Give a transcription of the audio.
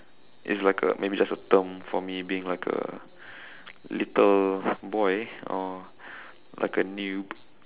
it's like a maybe just a term for me being like a little boy or like a noob